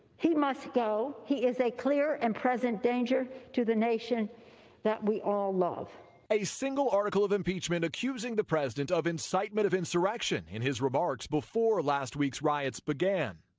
he must go. he is a clear and present danger to the nation that we all love. reporter a single article of impeachment accusing the president of incitement of insurrection. in his remarks before last week's riots began.